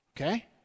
Okay